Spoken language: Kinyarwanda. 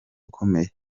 akomeye